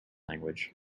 language